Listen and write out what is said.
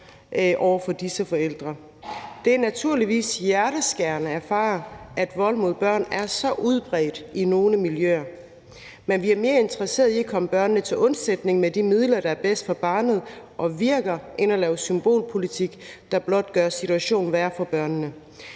over for disse forældre. Det er naturligvis hjerteskærende at erfare, at vold mod børn er så udbredt i nogle miljøer. Men vi er mere interesseret i at komme børnene til undsætning med de midler, der er bedst for barnet, og som virker, end at lave symbolpolitik, der blot gør situationen værre for børnene.